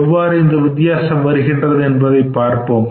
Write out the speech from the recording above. எவ்வாறு இந்த வித்தியாசம் வருகின்றது என்பதை பார்ப்போம்